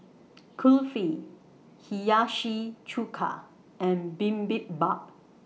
Kulfi Hiyashi Chuka and Bibimbap